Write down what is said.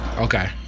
Okay